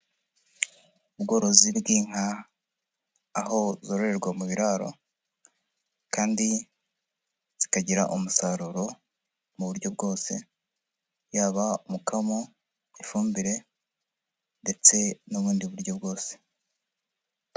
Ubworozi bw'inka aho zororerwa mu biraro kandi zikagira umusaruro mu buryo bwose, yaba umukamo, ifumbire ndetse n'ubundi buryo bwose.